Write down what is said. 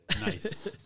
Nice